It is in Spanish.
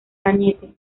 cañete